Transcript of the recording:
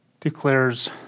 declares